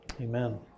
amen